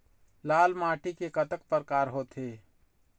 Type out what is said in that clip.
लाल माटी के कतक परकार होथे?